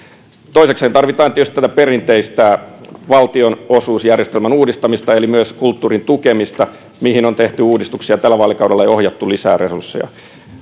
toisekseen tarvitaan tietysti tätä perinteistä valtionosuusjärjestelmän uudistamista eli myös kulttuurin tukemista mihin on tehty uudistuksia tällä vaalikaudella ja ohjattu lisää resursseja